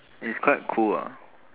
it's quite cool ah